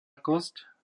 kosť